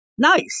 Nice